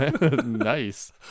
Nice